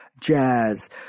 jazz